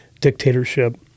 dictatorship